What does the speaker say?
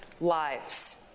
lives